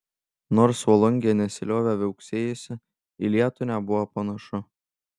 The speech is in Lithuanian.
nors volungė nesiliovė viauksėjusi į lietų nebuvo panašu